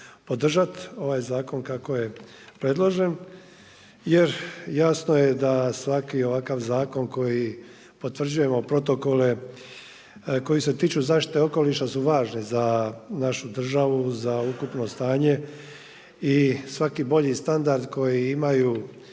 podržati ovaj zakon kako je predložen. Jer jasno je da svaki ovakav zakon koji potvrđujemo protokole koji se tiču zaštite okoliša su važni za našu državu, za ukupno stanje i svaki bolji standard koji imaju